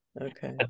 Okay